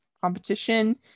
competition